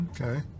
okay